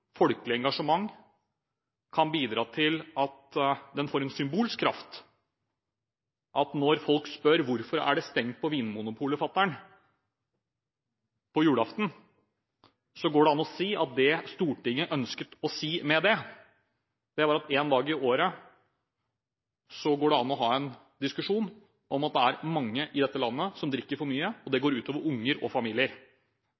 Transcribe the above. folkelig engasjement kan bidra til at den får en symbolsk kraft. Når folk spør hvorfor Vinmonopolet er stengt på julaften, går det an å si at det Stortinget ønsket å si med det, var at én dag i året går det an å ha en diskusjon om at det er mange i dette landet som drikker for mye. Det går ut over unger og familier. Derfor synes vi det